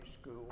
school